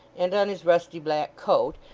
and on his rusty black coat,